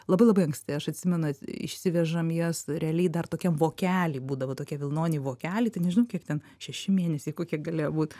labai labai anksti aš atsimenu išsivežam jas realiai dar tokiam vokely būdavo tokie vilnoniai vokeliai tai nežinau kiek ten šeši mėnesiai kokie galėjo būt